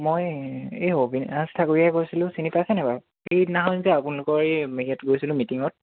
মই এই অবিনাশ ঠাকুৰীয়াই কৈছিলোঁ চিনি পাছেনে বাৰু সেইদিনাখনি যে আপোনালোকৰ এই গৈছিলোঁ মিটিঙত